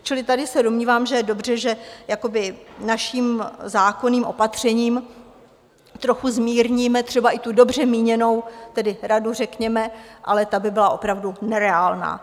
Čili tady se domnívám, že je dobře, že naším zákonným opatřením trochu zmírníme třeba i tu dobře míněnou, tedy radu řekněme, ale ta by byla opravdu nereálná.